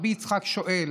רבי יצחק שואל: